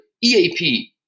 EAP